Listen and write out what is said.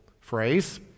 phrase